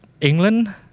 England